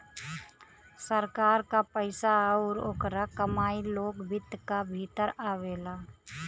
सरकार क पइसा आउर ओकर कमाई लोक वित्त क भीतर आवेला